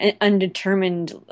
undetermined